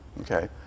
Okay